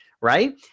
right